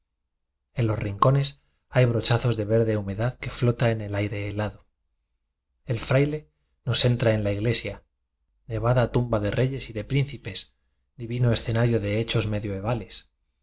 en los rin cones hay brochazos de verde humedad que flota en el aire helado el fraile nos en tra en la iglesia nevada tumba de reyes y príncipes divino escenario de hechos me